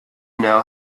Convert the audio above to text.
know